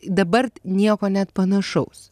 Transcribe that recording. dabar t nieko net panašaus